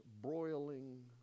broiling